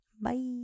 Bye